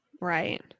right